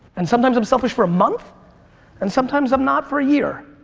and sometimes i'm selfish for a month and sometimes i'm not for a year.